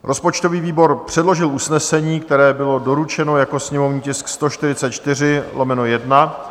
Rozpočtový výbor předložil usnesení, které bylo doručeno jako sněmovní tisk 144/1.